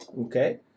Okay